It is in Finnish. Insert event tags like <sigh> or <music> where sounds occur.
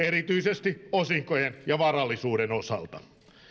<unintelligible> erityisesti osinkojen ja varallisuuden osalta